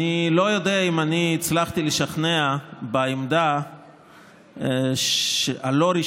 אני לא יודע אם הצלחתי לשכנע בעמדה הלא-רשמית,